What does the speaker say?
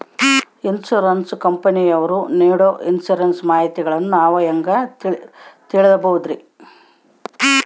Insurance ಕಂಪನಿಯವರು ನೇಡೊ insurance ಮಾಹಿತಿಗಳನ್ನು ನಾವು ಹೆಂಗ ತಿಳಿಬಹುದ್ರಿ?